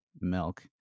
milk